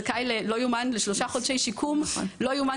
זכאי לשלושה חודשי שיקום אז זה לא יאומן